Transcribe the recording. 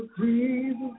Jesus